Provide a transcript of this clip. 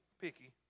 picky